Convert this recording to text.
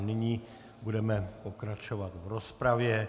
Nyní budeme pokračovat v rozpravě.